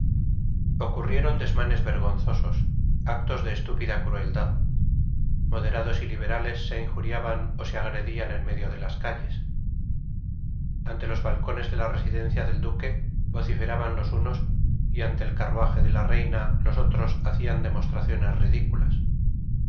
ocurrieron desmanes vergonzosos actos de estúpida crueldad moderados y liberales se injuriaban o se agredían en medio de las calles ante los balcones de la residencia del duque vociferaban los unos y ante el carruaje de la reina los otros hacían demostraciones ridículas